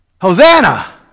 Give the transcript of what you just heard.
Hosanna